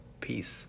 Peace